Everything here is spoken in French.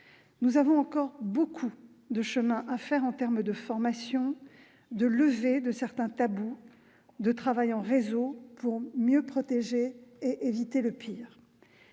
Nous avons encore beaucoup de chemin à faire en termes de formation, de levée de certains tabous, de travail en réseau pour mieux protéger et éviter le pire.